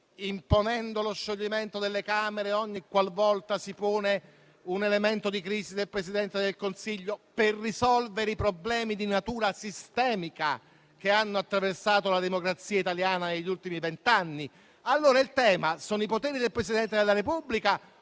imponendo lo scioglimento delle Camere ogniqualvolta si pone un elemento di crisi del Presidente del Consiglio per risolvere i problemi di natura sistemica che hanno attraversato la democrazia italiana negli ultimi vent'anni? Il tema sono i poteri del Presidente della Repubblica